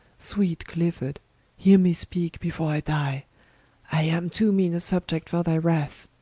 sweet clifford heare me speake, before i dye i am too meane a subiect for thy wrath,